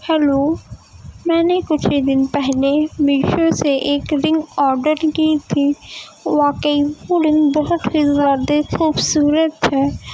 hello میں نے کچھ ہی دن پہلے میشو سے ایک رنگ آڈر کی تھی واقعی وہ رنگ بہت ہی زیادہ خوبصورت ہے